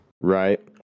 Right